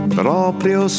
proprio